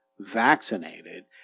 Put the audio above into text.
vaccinated